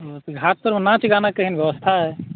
घाट परहक नाच गानाके केहन व्यवस्था अछि